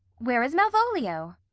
where is malvolio?